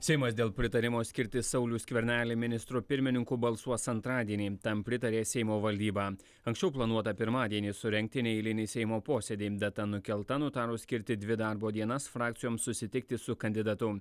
seimas dėl pritarimo skirti saulių skvernelį ministru pirmininku balsuos antradienį tam pritarė seimo valdyba anksčiau planuota pirmadienį surengti neeilinį seimo posėdį data nukelta nutarus skirti dvi darbo dienas frakcijoms susitikti su kandidatu